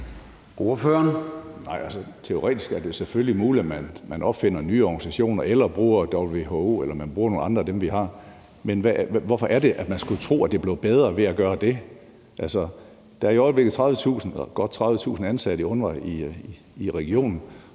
Karsten Hønge (SF): Teoretisk er det selvfølgelig muligt, at man opfinder nye organisationer eller bruger WHO, eller at man bruger nogle andre af dem, vi har. Men hvorfor er det, at man skulle tro, at det bliver bedre af, at man gør det? Der er i øjeblikket godt 30.000 ansatte i UNRWA i regionen